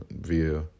via